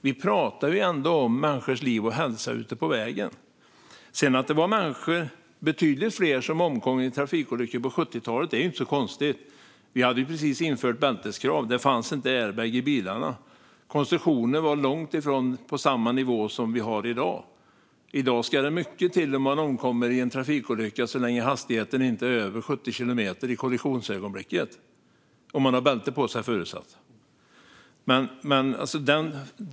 Vi pratar ju ändå om människors liv och hälsa ute på vägen. Att det sedan var betydligt fler människor som omkom i trafikolyckor på 70-talet är inte så konstigt; då hade vi ju just infört bälteskrav, och det fanns inte airbag i bilarna. Konstruktionen var långt ifrån på samma nivå som i dag. I dag ska det mycket till för att man ska omkomma i en trafikolycka så länge hastigheten inte är över 70 kilometer i kollisionsögonblicket - förutsatt att man har bälte på sig.